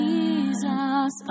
Jesus